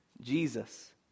Jesus